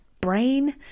brain